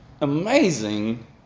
amazing